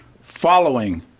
following